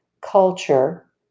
culture